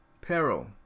peril